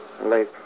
late